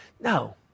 No